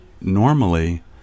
normally